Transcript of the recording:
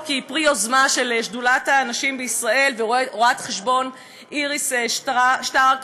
היא פרי יוזמה של שדולת הנשים בישראל ורו"ח איריס שטרק,